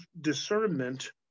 discernment